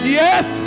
yes